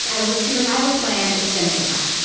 yeah i was like she's like i have a plan. it's gonna be fine.